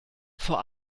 vor